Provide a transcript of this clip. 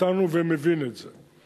ומבין את זה.